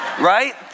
right